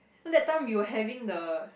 that time we were having the